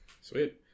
Sweet